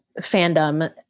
fandom